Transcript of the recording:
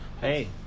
hey